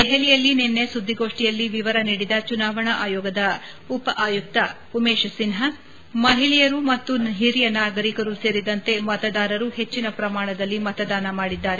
ದೆಹಲಿಯಲ್ಲಿ ನಿನ್ನೆ ಸುದ್ದಿಗೋಷ್ಠಿಯಲ್ಲಿ ವಿವರ ನೀಡಿದ ಚುನಾವಣಾ ಆಯೋಗದ ಉಪ ಆಯುಕ್ತ ಉಮೇಶ್ ಸಿನ್ವಾ ಮಹಿಳೆಯರು ಮತ್ತು ಹಿರಿಯ ನಾಗರಿಕರು ಸೇರಿದಂತೆ ಮತದಾರರು ಹೆಚ್ಚಿನ ಪ್ರಮಾಣದಲ್ಲಿ ಮತದಾನ ಮಾಡಿದ್ದಾರೆ